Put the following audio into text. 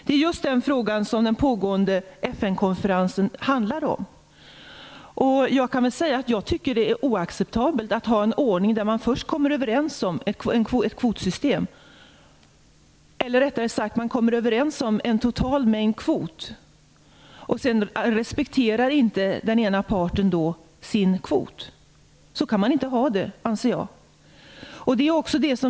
Det är just den frågan som den pågående FN-konferensen handlar om. Jag tycker att det är oacceptabelt att ha en ordning där man först kommer överens om en total storlek på kvoten och sedan inte den ena parten respekterar sin kvot. Jag anser att man inte kan ha det så.